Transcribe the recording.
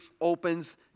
opens